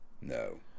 No